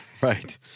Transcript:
right